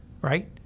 right